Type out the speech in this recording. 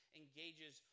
engages